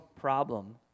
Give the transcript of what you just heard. problem